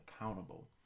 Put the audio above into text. accountable